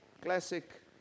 Classic